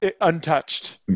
untouched